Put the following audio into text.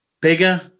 bigger